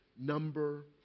number